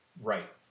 Right